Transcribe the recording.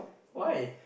why